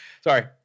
Sorry